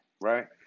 right